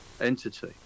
entity